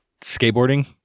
skateboarding